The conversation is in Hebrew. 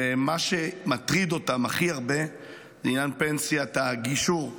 ומה שמטריד אותם הכי הרבה זה עניין פנסיית הגישור,